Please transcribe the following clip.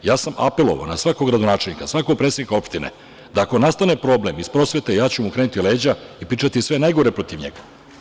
Apelovao sam na svakog gradonačelnika, na svakog predsednika opštine da ako nastane problem iz prosvete, ja ću mu okrenuti leđa i pričati sve najgore protiv njega.